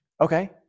Okay